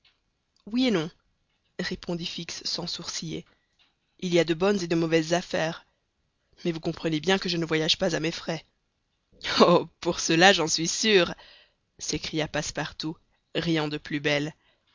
oui et non répondit fix sans sourciller il y a de bonnes et de mauvaises affaires mais vous comprenez bien que je ne voyage pas à mes frais oh pour cela j'en suis sûr s'écria passepartout riant de plus belle